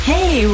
Hey